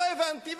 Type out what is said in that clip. לא הבנתי.